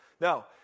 Now